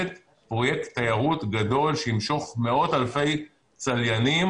פרויקט תיירות גדול שימשוך מאות אלפי צליינים